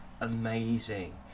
amazing